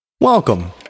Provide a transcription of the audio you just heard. Welcome